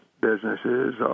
businesses